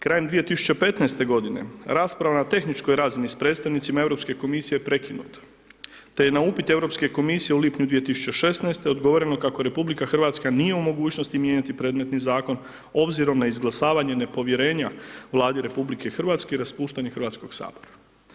Krajem 2015. godine rasprava na tehničkoj razini s predstavnicima Europske komisije je prekinuta, te je na upit Europske komisije u lipnju 2016. odgovoreno kako RH nije u mogućnosti mijenjati predmetni zakon obzirom na izglasavanje nepovjerenja Vladi RH i raspuštanje Hrvatskog sabora.